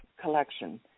collection